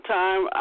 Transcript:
time